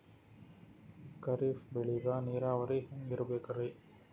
ಖರೀಫ್ ಬೇಳಿಗ ನೀರಾವರಿ ಹ್ಯಾಂಗ್ ಇರ್ಬೇಕರಿ?